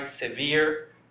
severe